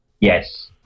Yes